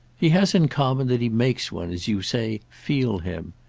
he has in common that he makes one, as you say, feel him.